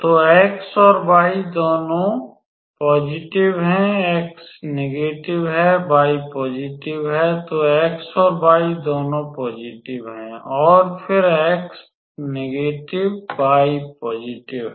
तो x और y दोनों धनात्मक है x ऋणात्मक y धनात्मक है तो x और y दोनों ऋणात्मक है और फिर x ऋणात्मक y धनात्मक है